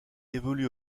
évolue